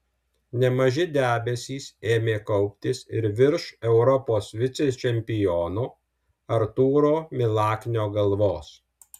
nemaži debesys ėmė kauptis ir virš europos vicečempiono artūro milaknio galvos